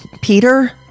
Peter